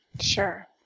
Sure